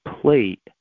plate